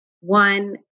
One